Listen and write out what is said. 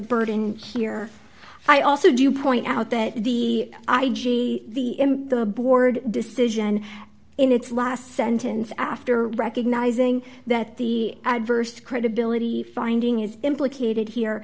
burden and here i also do point out that the i g the the board decision in its last sentence after recognizing that the adverse credibility finding is implicated here